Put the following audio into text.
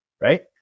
right